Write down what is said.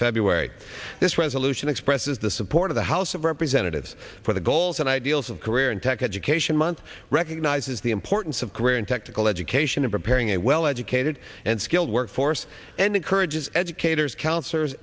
february this resolution expresses the support of the house of representatives for the goals and ideals of career in tech education month recognizes the importance of career in technical education in preparing a well educated and skilled workforce and encourages educators c